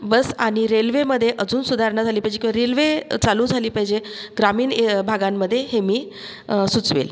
बस आणि रेल्वेमध्ये अजून सुधारणा झाली पाहिजे किंवा रेल्वे चालू झाली पाहिजे ग्रामीण ए भागांमध्ये हे मी सुचवेल